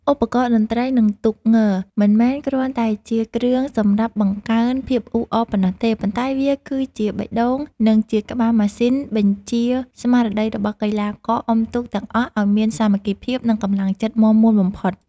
ឧបករណ៍តន្ត្រី និងទូកង មិនមែនគ្រាន់តែជាគ្រឿងសម្រាប់បង្កើនភាពអ៊ូអរប៉ុណ្ណោះទេ ប៉ុន្តែវាគឺជាបេះដូង និងជាក្បាលម៉ាស៊ីនបញ្ជាស្មារតីរបស់កីឡាករអុំទូកទាំងអស់ឱ្យមានសាមគ្គីភាព និងកម្លាំងចិត្តមាំមួនបំផុត។